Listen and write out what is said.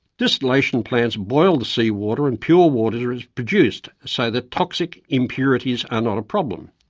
distillation plants boil the sea water and pure water is produced so that toxic impurities are not a problem.